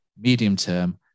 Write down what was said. medium-term